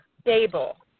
stable